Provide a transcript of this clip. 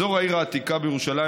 אזור העיר העתיקה בירושלים,